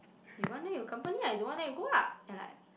you want then you company ah you don't want then you go lah and like